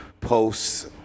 posts